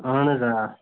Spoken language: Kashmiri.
اَہَن حظ آ